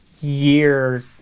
year